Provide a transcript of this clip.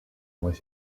模型